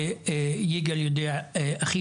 ויגאל יודע הכי